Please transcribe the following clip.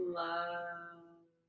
love